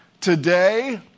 Today